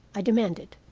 i demanded.